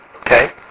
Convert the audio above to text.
Okay